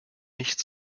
nicht